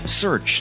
search